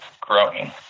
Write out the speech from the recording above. growing